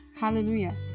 Hallelujah